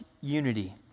unity